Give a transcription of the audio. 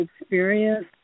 experience